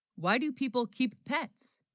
why, do people keep pets.